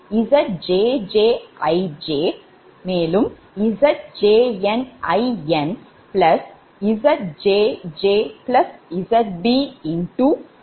ZjnInZjjZbIk என்று ஆகும்